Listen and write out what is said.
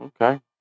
Okay